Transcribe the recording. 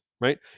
right